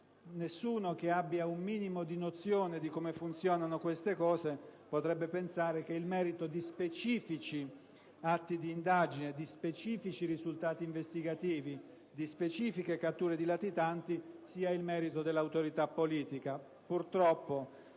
Nessuno che abbia un minimo di nozione di come funzionano queste cose potrebbe pensare che il merito di specifici atti di indagine, risultati investigativi, di specifiche catture di latitanti sia dell'autorità politica.